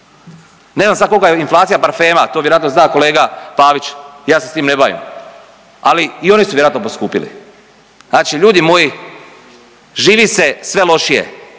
Ne znam sad kolka je inflacija parfema, to vjerojatno zna kolega Pavić, ja se s tim ne bavim, ali i oni su vjerojatno poskupili. Znači ljudi moji živi se sve lošije,